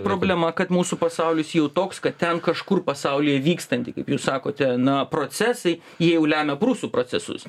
tai problema kad mūsų pasaulis jau toks kad ten kažkur pasaulyje vykstanti kaip jūs sakote na procesai jie jau lemia rusų procesus